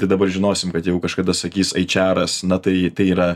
tai dabar žinosim kad jeigu kažkada sakys eičiaras na tai tai yra